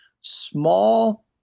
small